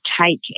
take